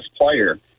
player